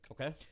Okay